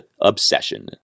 obsession